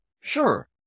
sure